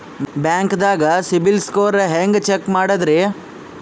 ಬ್ಯಾಂಕ್ದಾಗ ಸಿಬಿಲ್ ಸ್ಕೋರ್ ಹೆಂಗ್ ಚೆಕ್ ಮಾಡದ್ರಿ?